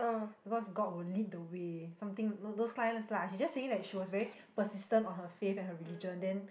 because God will lead the way something those those lines lah she just saying that she was very persistent on her faith and her religion then